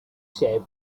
shaped